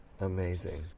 Amazing